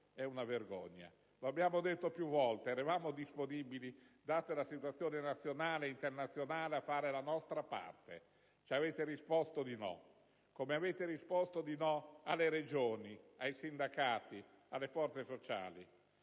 È una vergogna! Lo abbiamo detto più volte. Eravamo disponibili, data la situazione nazionale ed internazionale, a fare la nostra parte. Ci avete risposto di no, come avete risposto di no alle Regioni, ai sindacati, alle forze sociali.